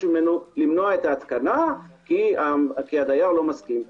ממנו למנוע את ההתקנה כי הדייר לא מסכים.